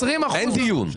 אין דיון.